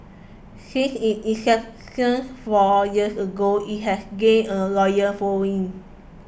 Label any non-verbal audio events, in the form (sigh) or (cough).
since (unintelligible) inception four years ago it has gained a loyal following